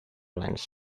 lens